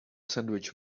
sandwich